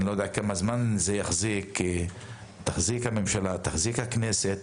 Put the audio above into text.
אני לא יודע כמה זמן תחזיק הממשלה ותחזיק הכנסת,